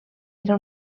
era